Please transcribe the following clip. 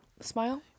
smile